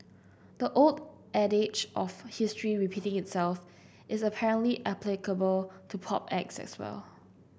the old adage of history repeating itself is apparently applicable to pop acts as well